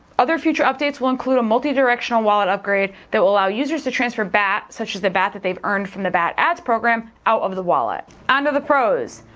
other future updates will include a multi-directional wallet upgrade that will allow users to transfer bat such as the bat that they've earned from the bat ads program out of the wallet. on to the pros!